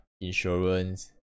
insurance